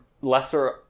lesser